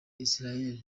israel